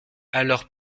alors